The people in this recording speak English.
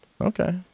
Okay